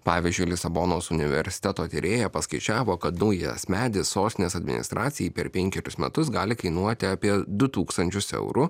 pavyzdžiui lisabonos universiteto tyrėja paskaičiavo kad naujas medis sostinės administracijai per penkerius metus gali kainuoti apie du tūkstančius eurų